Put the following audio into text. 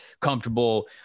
comfortable